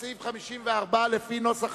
סעיפים 51 52, כהצעת